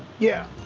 yeah,